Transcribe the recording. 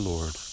Lord